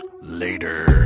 Later